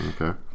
okay